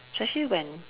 especially when